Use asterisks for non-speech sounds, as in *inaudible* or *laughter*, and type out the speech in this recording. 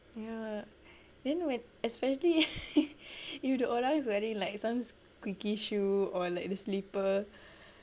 ya then when especially *laughs* if the orang is wearing some squeaky shoe or like the slippers